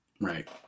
Right